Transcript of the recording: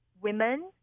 women